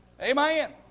Amen